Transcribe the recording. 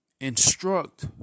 Instruct